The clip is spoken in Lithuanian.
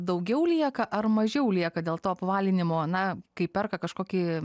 daugiau lieka ar mažiau lieka dėl to apvalinimo na kai perka kažkokį